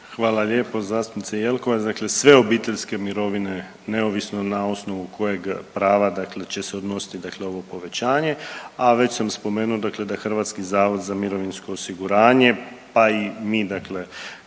Hvala lijepo zastupnice Jelkovac. Dakle, sve obiteljske mirovine neovisno na ovnovu kojeg prava će se odnositi ovo povećanje, a već sam spomenuo da je HZMO pa i mi dakle